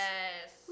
Yes